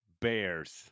bears